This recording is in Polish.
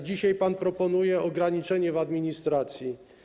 Dzisiaj pan proponuje ograniczenie w administracji.